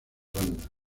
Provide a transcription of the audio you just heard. banda